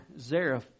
Zareph